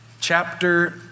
chapter